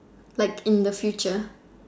like in the future